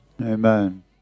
Amen